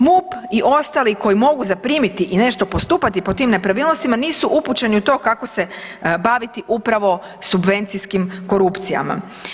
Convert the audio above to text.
MUP i ostali koji mogu zaprimiti i nešto postupati po tim nepravilnostima nisu upućeni u to kako se baviti upravo subvencijskim korupcijama.